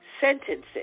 sentences